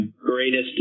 greatest